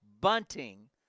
bunting